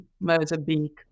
Mozambique